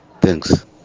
Thanks